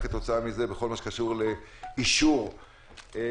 וכתוצאה מזה בכל מה שקשור לאישור שימוש